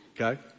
Okay